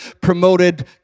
promoted